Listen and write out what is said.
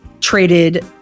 traded